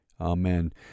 Amen